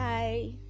Bye